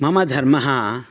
मम धर्मः